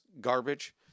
garbage